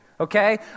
Okay